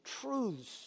truths